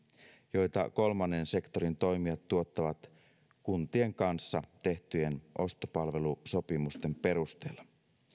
joita kolmannen sektorin toimijat tuottavat kuntien kanssa tehtyjen ostopalvelusopimusten perusteella